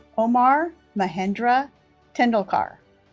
omkar mahendra tendolkar